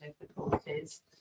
difficulties